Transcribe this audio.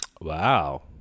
Wow